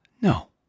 No